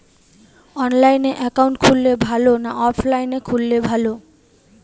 অনলাইনে একাউন্ট খুললে ভালো না অফলাইনে খুললে ভালো?